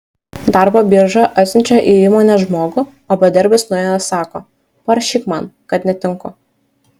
darbo birža atsiunčia į įmonę žmogų o bedarbis nuėjęs sako parašyk man kad netinku